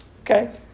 okay